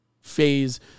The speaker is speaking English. phase